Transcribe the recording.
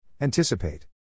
Anticipate